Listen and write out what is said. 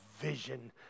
vision